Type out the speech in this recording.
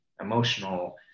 emotional